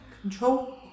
control